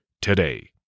today